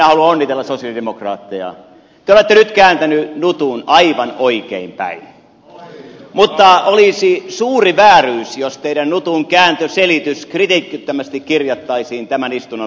te olette nyt kääntäneet nutun aivan oikein päin mutta olisi suuri vääryys jos teidän nutunkääntöselityksenne kritiikittömästi kirjattaisiin tämän istunnon pöytäkirjaan